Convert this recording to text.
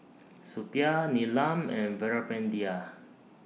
Suppiah Neelam and Veerapandiya